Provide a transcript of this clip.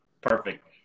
perfect